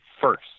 first